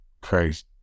crazy